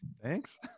thanks